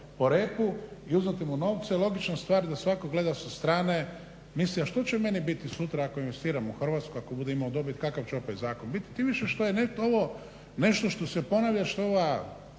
i uzmete mu novce, logična stvar da svatko gleda sa strane i misli što će meni biti sutra ako investiramo Hrvatsku, ako budem imao dobit, kakav će opet zakon biti, tim više što je ovo nešto što se ponavlja, što je ova